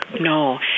No